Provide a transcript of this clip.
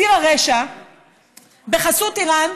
ציר הרשע בחסות איראן,